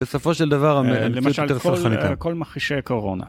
בסופו של דבר, אני חושב שאני יותר סלחני ממך.למשל, על כל מכחישי קורונה.